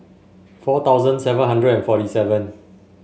four thousand seven hundred and forty seven